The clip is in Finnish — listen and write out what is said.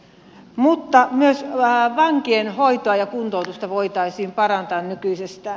mutta myös vankien hoitoa ja kuntoutusta voitaisiin parantaa nykyisestään